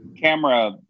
camera